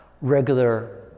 regular